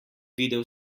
videl